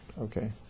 Okay